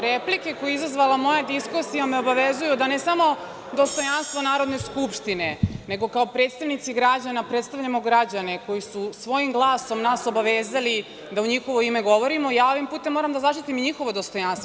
Replika koju je izazvala moja diskusija me obavezuje da ne samo dostojanstvo Narodne skupštine, nego kao predstavnici građana predstavljamo građane koji su svojim glasom nas obavezali da u njihovo ime govorimo i ja ovim putem moram da zaštitim i njihovo dostojanstvo.